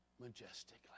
majestically